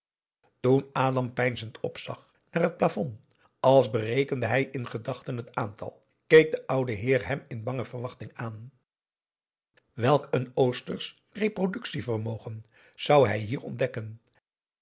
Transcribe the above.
opzag naar het plafond als berekende hij in gedachten het aantal keek de oude heer hem in bange verwachting aan welk een oostersch reproductievermogen zou hij hier ontdekken